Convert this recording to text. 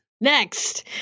Next